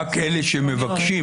רק אלה שמבקשים.